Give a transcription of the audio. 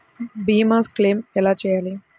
భీమ క్లెయిం ఎలా చేయాలి?